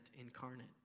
incarnate